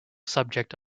subject